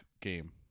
game